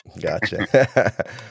Gotcha